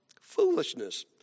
foolishness